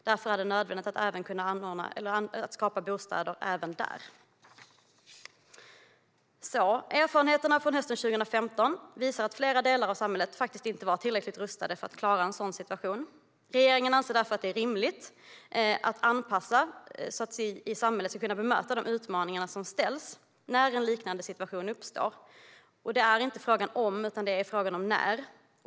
Därför är det nödvändigt att skapa bostäder även där. Erfarenheterna från hösten 2015 visar att flera delar av samhället inte var tillräckligt rustade för att klara en sådan situation. Regeringen anser därför att det är rimligt att anpassa förhållandena så att samhället ska kunna bemöta de utmaningar det innebär när en liknande situation uppstår. Och det är inte en fråga om om utan om när .